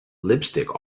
lipstick